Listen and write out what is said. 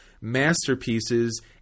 masterpieces